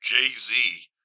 Jay-Z